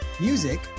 Music